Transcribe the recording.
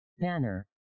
Banner